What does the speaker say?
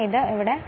ഇതാണ് I0 വൈദ്യുതി